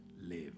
live